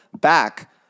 back